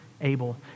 Abel